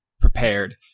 prepared